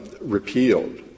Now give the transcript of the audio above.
repealed